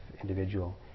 individual